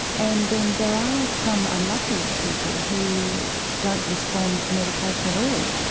and then there are some unlucky people who don't respond to medication at all.